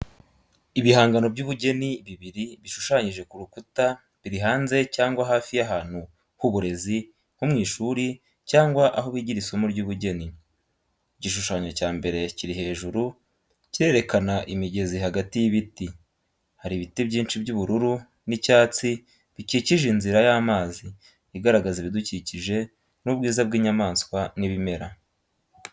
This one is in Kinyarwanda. Ibihangano by’ubugeni bibiri bishushanyije ku rukuta biri hanze cyangwa hafi y’ahantu h’uburezi nko mu ishuri cyangwa aho bigira isomo ry’ubugeni. Igishushanyo cya mbere kiri hejuru Kirerekana imigezi hagati y’ibiti. Hari ibiti byinshi by’ubururu n’icyatsi bikikije inzira y’amazi igaragaza ibidukikije n’ubwiza bw'inyamaswa n'ibimera.